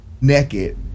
naked